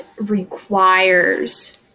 requires